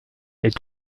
est